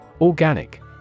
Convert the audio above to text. Organic